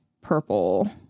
purple